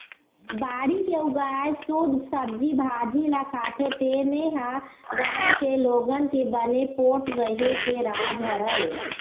बाड़ी के उगाए सुद्ध सब्जी भाजी ल खाथे तेने ह गाँव के लोगन के बने पोठ रेहे के राज हरय